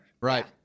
Right